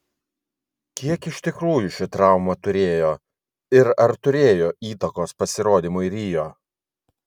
kiek iš tikrųjų šį trauma turėjo ir ar turėjo įtakos pasirodymui rio